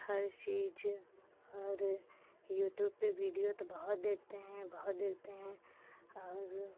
हर चीज़ हर यूट्यूब पे वीडियो तो बहुत देखते हैं बहुत देखते हैं और